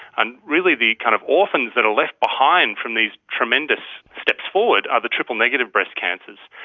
and really the kind of orphans that are left behind from these tremendous steps forward are the triple-negative breast cancers.